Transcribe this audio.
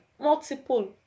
multiple